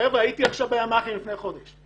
חבר'ה הייתי בימ"חים לפני חודש,